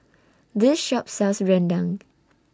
This Shop sells Rendang